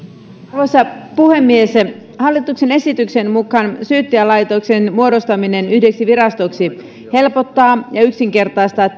arvoisa puhemies hallituksen esityksen mukaan syyttäjälaitoksen muodostaminen yhdeksi virastoksi helpottaa ja yksinkertaistaa